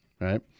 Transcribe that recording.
right